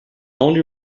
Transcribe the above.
only